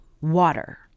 water